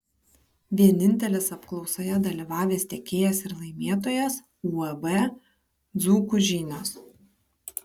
vienintelis apklausoje dalyvavęs tiekėjas ir laimėtojas uab dzūkų žinios